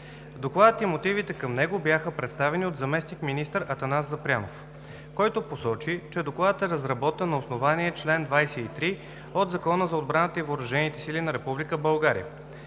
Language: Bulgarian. Докладът и мотивите към него бяха представени от заместник-министър Атанас Запрянов, който посочи, че Докладът е разработен на основание на чл. 23 от Закона за отбраната и въоръжените сили на Република България,